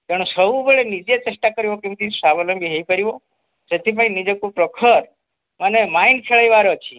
ତେଣୁ ସବୁବେଳେ ନିଜେ ଚେଷ୍ଟା କରିବ କେମିତି ସ୍ୱାବଲମ୍ବୀ ହେଇପାରିବ ସେଥିପାଇଁ ନିଜକୁ ପ୍ରଖର ମାନେ ମାଇଣ୍ଡ୍ ଖେଳେଇବାର ଅଛି